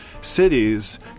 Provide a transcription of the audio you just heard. cities